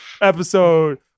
episode